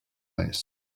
less